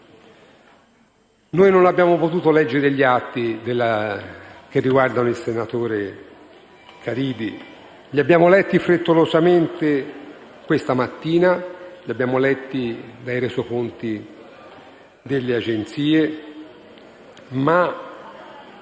Noi non abbiamo potuto leggere gli atti che riguardano il senatore Caridi; li abbiamo letti frettolosamente questa mattina, li abbiamo letti dai resoconti delle agenzie. Il